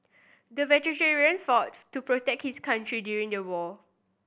the fought to protect his country during the war